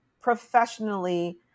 professionally